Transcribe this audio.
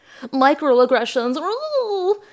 Microaggressions